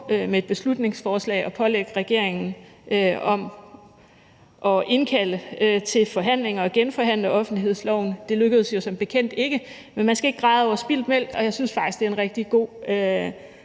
med et beslutningsforslag at pålægge regeringen at indkalde til forhandlinger for at genforhandle offentlighedsloven. Det lykkedes som bekendt ikke, men man skal ikke græde over spildt mælk, og jeg synes faktisk, det er en rigtig god